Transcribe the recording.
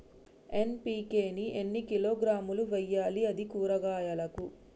NPK ని ఎన్ని కిలోగ్రాములు వెయ్యాలి? అది కూరగాయలకు?